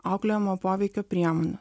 auklėjamojo poveikio priemonė